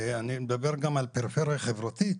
אני מדבר גם על פריפריה חברתית,